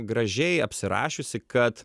gražiai apsirašiusi kad